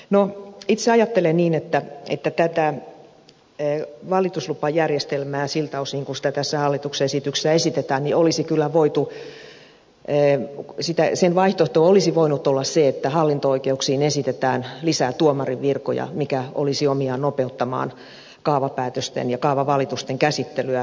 no itse ajattelen niin että tälle valituslupajärjestelmälle siltä osin kuin sitä tässä hallituksen esityksessä esitetään jo olisi kyllä voitu en sitä ensin vaihto vaihtoehto olisi voinut olla se että hallinto oikeuksiin esitetään lisää tuomarinvirkoja mikä olisi omiaan nopeuttamaan kaavapäätösten ja kaavavalitusten käsittelyä